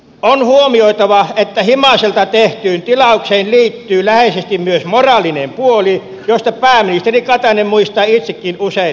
on huomioitava että himaselta tehtyyn tilaukseen liittyy läheisesti myös moraalinen puoli josta pääministeri katainen muistaa itsekin usein mainita